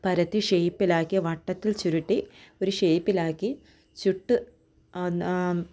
പരത്തി ഷേപ്പിലാക്കി വട്ടത്തിൽ ചുരുട്ടി ഒരു ഷേപ്പിലാക്കി ചുട്ട്